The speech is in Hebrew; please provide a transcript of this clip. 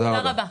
תודה רבה.